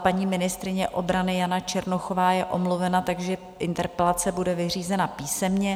Paní ministryně obrany Jana Černochová je omluvena, interpelace bude vyřízena písemně.